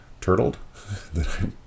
Turtled